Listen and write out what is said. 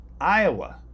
Iowa